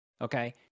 okay